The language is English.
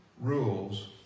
rules